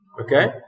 Okay